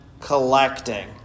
collecting